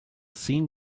scene